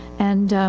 and,